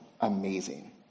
amazing